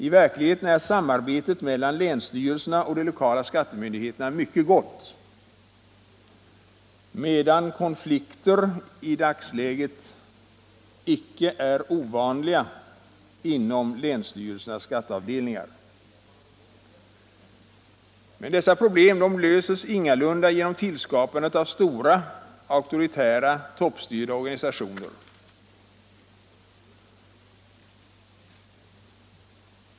I verkligheten är samarbetet mellan länsstyrelserna och de lokala skattemyndigheterna mycket gott, medan konflikter i dagsläget icke är ovanliga inom länsstyrelsernas skatteavdelningar. Men dessa problem löses ingalunda genom tillskapandet av stora auktoritära toppstyrda organisationer.